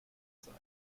sein